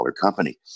company